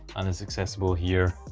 and it's accessible here